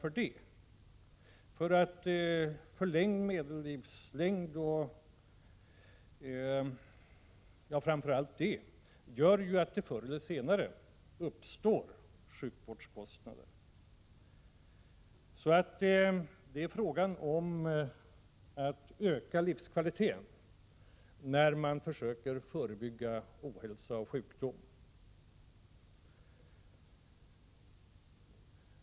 Framför allt en ökad medellivslängd gör ju att det förr eller senare uppstår sjukvårdskostnader. Det är fråga om att öka livskvaliteten när man försöker förebygga ohälsa och sjukdom.